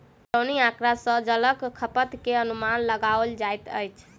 पटौनी आँकड़ा सॅ जलक खपत के अनुमान लगाओल जाइत अछि